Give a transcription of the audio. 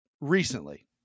recently